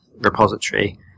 repository